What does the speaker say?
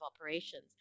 operations